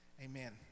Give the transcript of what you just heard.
amen